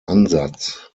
ansatz